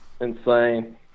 insane